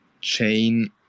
chain